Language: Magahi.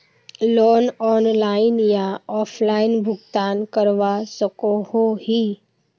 लोन ऑनलाइन या ऑफलाइन भुगतान करवा सकोहो ही?